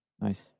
Nice